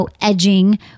edging